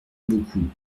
beaucoup